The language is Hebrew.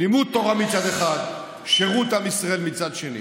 לימוד תורה מצד אחד ושירות עם ישראל מצד שני.